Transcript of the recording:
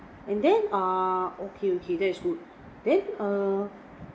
and then uh okay okay that's good then err